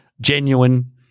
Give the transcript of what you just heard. genuine